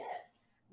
Yes